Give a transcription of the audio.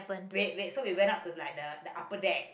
wait wait so we went up to like the the upper deck